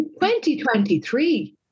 2023